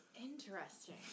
Interesting